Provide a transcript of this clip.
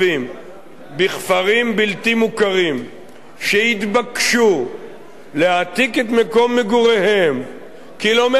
בכפרים בלתי מוכרים שיתבקשו להעתיק את מקום מגוריהם קילומטרים אחדים,